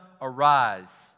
arise